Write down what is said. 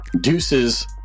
Deuces